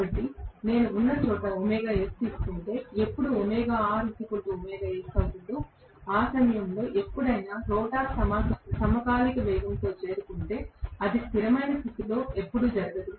కాబట్టి నేను ఉన్న చోట తీసుకుంటే ఎప్పుడు అవుతుందో ఆ సమయంలో ఎప్పుడైనా రోటర్ సమకాలిక వేగంతో చేరుకుంటే అది స్థిరమైన స్థితిలో ఎప్పుడూ జరగదు